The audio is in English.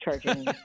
charging